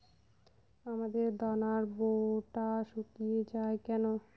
আমের দানার বোঁটা শুকিয়ে য়ায় কেন?